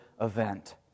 event